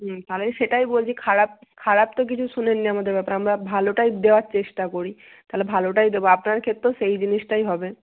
হুম তাহলে সেটাই বলছি খারাপ খারাপ তো কিছু শোনেননি আমাদের ব্যাপারে আমরা ভালোটাই দেওয়ার চেষ্টা করি তাহলে ভালোটাই দেবো আপনাদের ক্ষেত্রেও সেই জিনিসটাই হবে